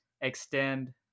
extend